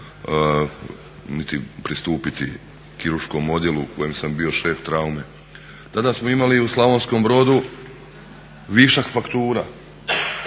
niti pristupiti kirurškom odjelu u kojem sam bio šef traume. Tada smo imali u Slavonkom Brodu višak faktura,